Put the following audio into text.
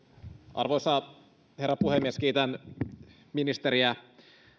arvoisa herra puhemies kiitän ministeriä